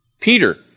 Peter